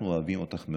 אנחנו אוהבים אותך מאוד,